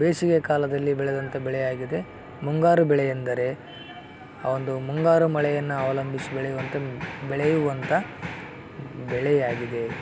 ಬೇಸಿಗೆ ಕಾಲದಲ್ಲಿ ಬೆಳೆದಂತ ಬೆಳೆಯಾಗಿದೆ ಮುಂಗಾರು ಬೆಳೆ ಎಂದರೆ ಒಂದು ಮುಂಗಾರು ಮಳೆಯನ್ನು ಅವಲಂಬಿಸಿ ಬೆಳೆಯುವಂತ ಬೆಳೆಯುವಂತ ಬೆಳೆಯಾಗಿದೆ